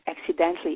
accidentally